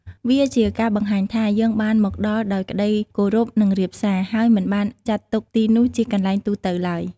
វាជាការបង្ហាញថា យើងបានមកដល់ដោយក្តីគោរព និងរាបសា ហើយមិនបានចាត់ទុកទីនោះជាកន្លែងទូទៅឡើយ។